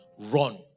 run